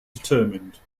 determined